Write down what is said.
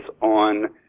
on